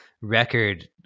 record